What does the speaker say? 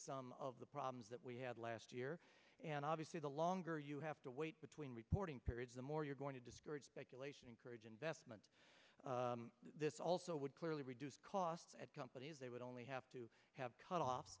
some of the problems that we had last year and obviously the longer you have to wait between reporting periods the more you're going to discourage speculation encourage investment this also would clearly reduce costs at companies they would only have to have cut off